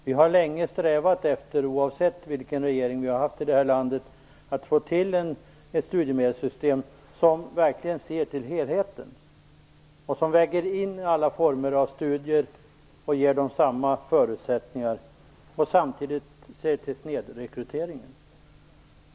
Vi har, oavsett vilken regering vi har haft, länge strävat efter att få till ett studiemedelssystem som verkligen ser till helheten, som väger in alla former av studier och ger dem samma förutsättningar och samtidigt ser till snedrekryteringen.